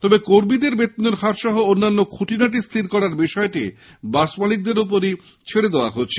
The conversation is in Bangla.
তবে কর্মীদের বেতনের হার সহ অন্যান্য খুঁটিনাটি স্থির করার বিষয়টি বাস মালিকদের উপরই ছেড়ে দেওয়া হচ্ছে